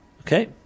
Okay